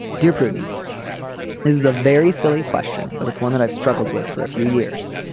dear prudence this is a very silly question but it's one that i've struggled with for a few years.